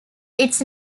its